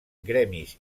gremis